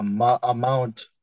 amount